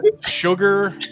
sugar